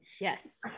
Yes